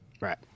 Right